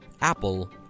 Apple